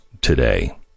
today